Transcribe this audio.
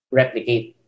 replicate